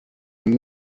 and